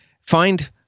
find